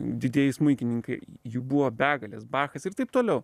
didieji smuikininkai jų buvo begalės bachas ir taip toliau